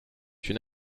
une